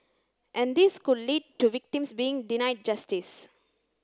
and this could lead to victims being denied justice